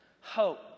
Hope